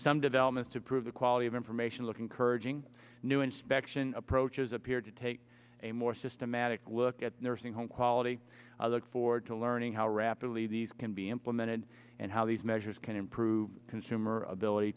some developments to prove the quality of information looking courage ing new inspection approaches appear to take a more systematic look at nursing home quality look forward to learning how rapidly these can be implemented and how these measures can improve consumer ability